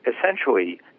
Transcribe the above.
essentially